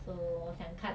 so 我想看